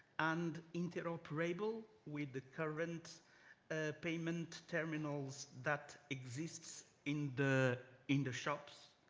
and interinteroperable with the current payment terminals that exists in the in the shops?